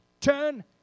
Turn